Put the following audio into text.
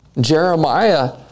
Jeremiah